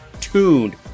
tuned